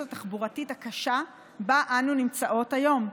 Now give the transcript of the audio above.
התחבורתית הקשה שבה אנו נמצאות היום.